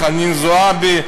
לחנין זועבי,